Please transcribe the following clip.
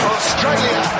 Australia